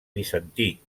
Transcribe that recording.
bizantí